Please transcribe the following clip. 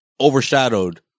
overshadowed